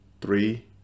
three